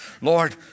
Lord